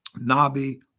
Nabi